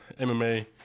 MMA